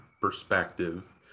perspective